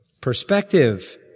perspective